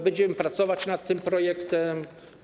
Będziemy pracować nad tym projektem.